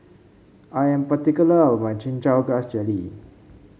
I am particular about my Chin Chow Grass Jelly